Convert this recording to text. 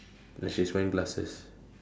and she's wearing glasses